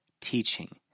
teaching